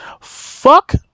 Fuck